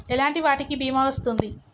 ఎలాంటి వాటికి బీమా వస్తుంది?